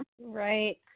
Right